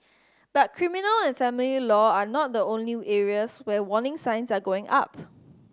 but criminal and family law are not the only areas where warning signs are going up